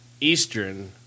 Eastern